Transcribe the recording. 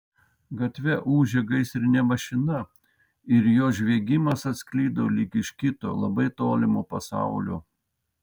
gatve ūžė gaisrinė mašina ir jos žviegimas atsklido lyg iš kito labai tolimo pasaulio